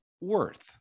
worth